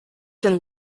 been